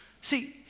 See